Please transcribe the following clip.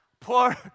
poor